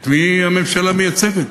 את מי הממשלה מייצגת?